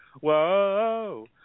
whoa